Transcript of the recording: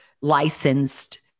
licensed